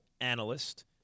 analyst